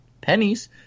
pennies